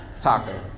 Taco